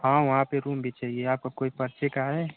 हाँ वहाँ पर रूम भी चहिए आपका कोई परिचय का है